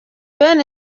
ben